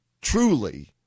truly